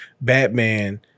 Batman